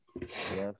Yes